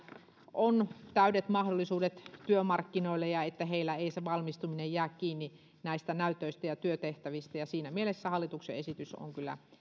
on täydet mahdollisuudet työmarkkinoille ja että heillä ei valmistuminen jää kiinni näistä näytöistä ja työtehtävistä ja siinä mielessä hallituksen esitys on kyllä